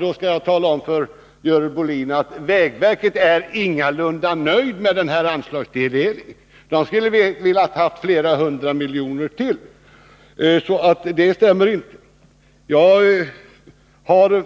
Då skall jag tala om för Görel Bohlin att vägverket ingalunda är nöjt med årets anslagstilldelning. Vägverket skulle vilja ha ytterligare några hundra miljoner. Görel Bohlins påstående stämmer alltså inte. Enligt Görel Bohlin